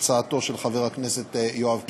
הצעתו של חבר הכנסת יואב קיש,